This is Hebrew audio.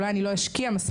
אולי אני לא אשקיע מספיק.